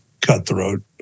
cutthroat